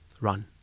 run